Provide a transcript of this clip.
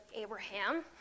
Abraham